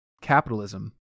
capitalism